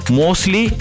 mostly